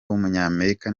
w’umunyamerika